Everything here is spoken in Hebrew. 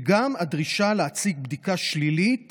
כמובן, וגם הדרישה להציג בדיקה שלילית